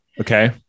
Okay